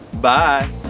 Bye